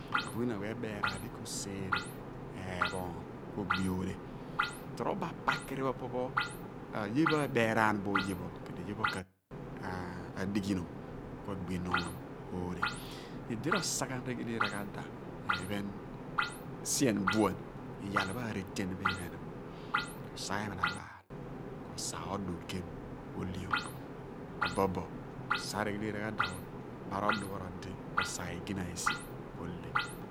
Abunin awe ebeeraan di ku seere ephoom ku ogbi ohle torobo apakiri pho po pho oye pho beeraan bo oye pho ku edi oye pho k'adighinom ku agbi nuum ohle idi r'osa ghan reghele iraghada sien buan po iyal pho areten pho iphen k'osa ephalabal ku osa odu gem ku ohleom obobo k'osa reghele iraghada pho r'odu pho r'odi ku osa esi ku ohle